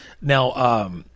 Now